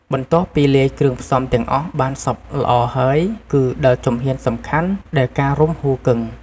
បន្ទាប់ពីលាយគ្រឿងផ្សំទាំងអស់បានសព្វល្អហើយ គឺដល់ជំហានសំខាន់ដែលការរុំហ៊ូគឹង។